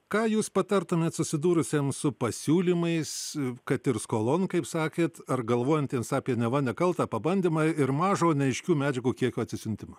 ką jūs patartumėt susidūrusiems su pasiūlymais kad ir skolon kaip sakėt ar galvojantiems apie neva nekaltą pabandymą ir mažo neaiškių medžiagų kiekio atsisiuntimą